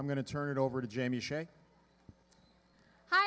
i'm going to turn it over to jamie